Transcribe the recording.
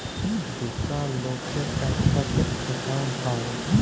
দুটা লকের ইকসাথে একাউল্ট হ্যয়